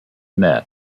net